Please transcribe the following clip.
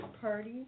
party